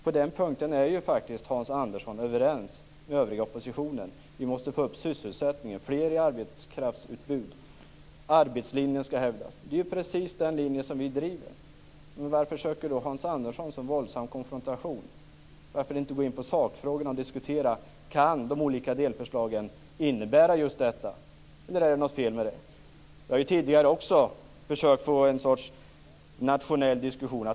På den punkten är Hans Andersson överens med den övriga oppositionen. Vi måste alltså få upp sysselsättningen och få med fler i arbetskraftsutbudet, och arbetslinjen skall hävdas. Det är precis den linje som vi driver. Varför söker då Hans Andersson en så våldsam konfrontation? Varför inte i stället gå in på sakfrågorna och diskutera om de olika delförslagen kan innebära vad som nyss nämnts, eller är det något som är fel där? Vi har också tidigare försökt få till stånd en sorts nationell diskussion.